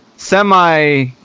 Semi